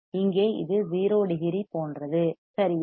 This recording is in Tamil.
இங்கே இது 0 டிகிரி போன்றது சரியா